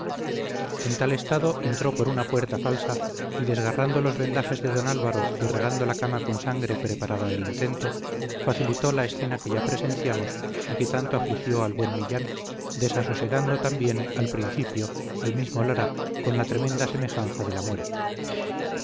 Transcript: en tal estado entró por una puerta falsa y desgarrando los vendajes de don álvaro y regando la cama con sangre preparada al intento facilitó la escena que ya presenciamos y que tanto afligió al buen millán desasosegando también al principio al mismo lara con la tremenda semejanza de la muerte